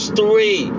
three